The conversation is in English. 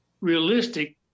realistic